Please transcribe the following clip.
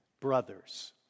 brothers